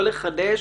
לא לחדש,